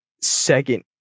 second